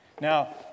Now